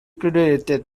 graduated